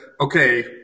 okay